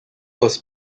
was